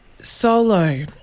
Solo